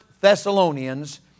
Thessalonians